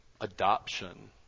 adoption